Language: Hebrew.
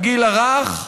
בגיל הרך,